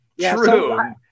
True